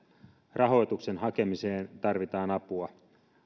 rahoituksen hakemiseen tarvitaan apua